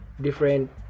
different